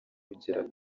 kugera